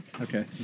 Okay